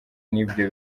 n’ibyo